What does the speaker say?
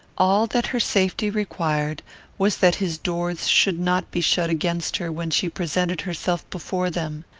all that her safety required was that his doors should not be shut against her when she presented herself before them.